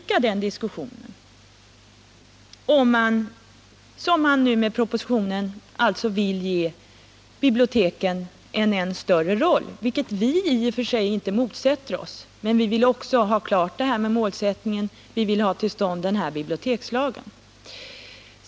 En sådan diskussion går inte att undvika, om man som nu sker genom propositionen vill ge biblioteken en ännu större roll, vilket vi i och för sig inte motsätter oss. Men vi vill också ha målsättningen klar. Vi vill ha en bibliotekslag till stånd.